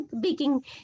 baking